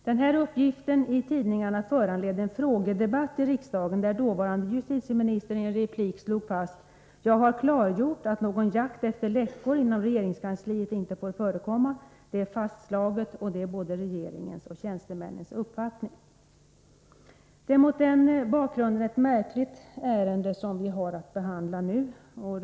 Denna tidningsuppgift föranledde emellertid en frågedebatt i riksdagen, i vilken dåvarande justitieministern i en replik fastslog följande: ”Jag har klargjort att någon jakt efter läckor inom regeringskansliet inte får förekomma. Det är fastslaget och det är både regeringens och tjänstemännens uppfattning.” Mot den bakgrunden är det ärende som vi nu har att behandla ett märkligt ärende.